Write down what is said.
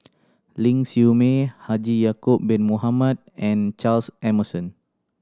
Ling Siew May Haji Ya'acob Bin Mohamed and Charles Emmerson